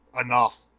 enough